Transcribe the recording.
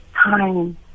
time